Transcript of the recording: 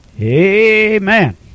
Amen